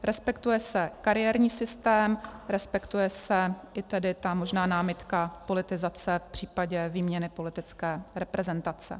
Respektuje se kariérní systém, respektuje se i tedy ta možná námitka politizace v případě výměny politické reprezentace.